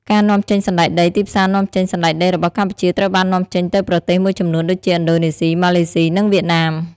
ការនាំចេញសណ្ដែកដី ទីផ្សារនាំចេញ សណ្ដែកដីរបស់កម្ពុជាត្រូវបាននាំចេញទៅប្រទេសមួយចំនួន ដូចជាឥណ្ឌូណេស៊ី ម៉ាឡេស៊ី និងវៀតណាម។